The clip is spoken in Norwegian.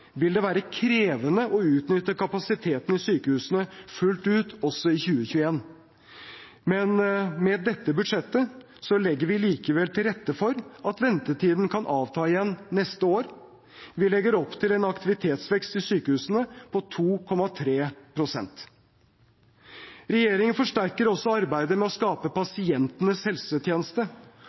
vil det være krevende å utnytte kapasiteten i sykehusene fullt ut også i 2021, men med dette budsjettet legger vi til rette for at ventetidene kan avta igjen neste år. Vi legger opp til en aktivitetsvekst i sykehusene på 2,3 pst. Regjeringen forsterker også arbeidet med å skape pasientens helsetjeneste